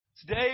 Today